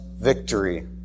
victory